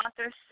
authors